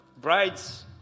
Brides